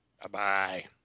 Bye-bye